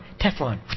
Teflon